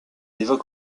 évoque